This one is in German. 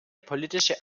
politische